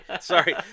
sorry